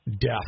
death